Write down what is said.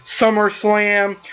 SummerSlam